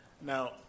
Now